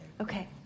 Okay